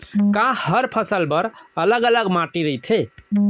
का हर फसल बर अलग अलग माटी रहिथे?